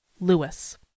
Lewis